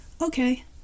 Okay